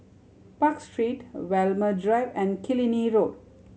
Park Street Walmer Drive and Killiney Road